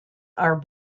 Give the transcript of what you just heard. are